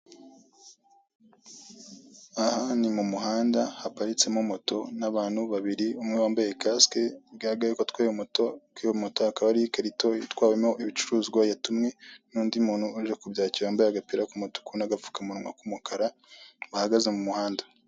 Aha Ni mu muhanda haparitsemo moto n'abantu babiri umwe wambaye kasike bigaragara ko ataye moto kuriyo moto hakaba hariho ikarito atwayemo ibicuruzwa yatumye n undi muntu uje kubyakira wambaye agapira k'umutuku n'agapfukamunwa k'umukara bahagaze mu muhanda